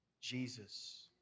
Jesus